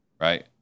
right